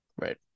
Right